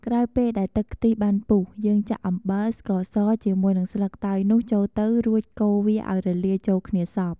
ក្រោយពេលដែលទឹកខ្ទិះបានពុះ យើងចាក់អំបិល ស្ករស ជាមួយនឹងស្លឹកតើយនោះចូលទៅរួចកូរវាឱ្យរលាយចូលគ្នាសព្វ។